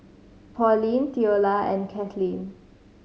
Pauline Theola and Kathleen